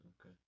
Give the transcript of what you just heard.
Okay